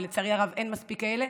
ולצערי הרב אין מספיק כאלה,